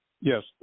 Yes